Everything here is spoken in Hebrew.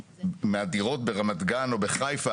מהדירות ברמת גן או בחיפה,